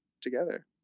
together